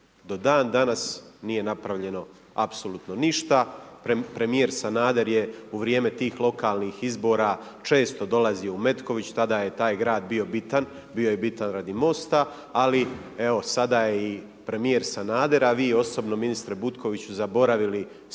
Do danas nije napravljeno apsolutno ništa, premijer Sanader je u vrijeme tih lokalnih izbora često dolazio u Metković, tada je taj grad bio bitan, bio je bitan radi mosta, ali evo sada je i premijer Sanader a i vi ministre Butkoviću zaboravili spoj